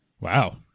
Wow